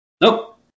nope